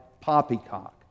poppycock